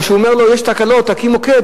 או שאומרים לו: יש תקלות, תקים מוקד.